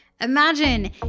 Imagine